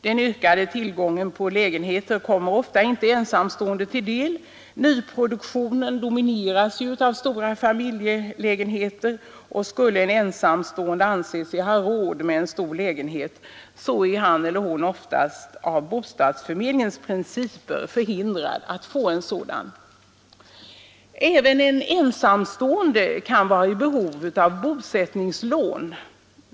Den ökade tillgången på lägenheter kommer ofta inte ensamstående till del. Nyproduktionen domineras av stora familjelägenheter. Skulle en ensamstående anse sig ha råd med en stor lägenhet, är han oftast av bostadsförmedlingens principer förhindrad att få en sådan. Även en ensamstående kan vara i behov av bosättningslån.